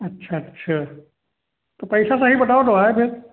अच्छा अच्छा तो पैसा सही बताओ तो आएँ फिर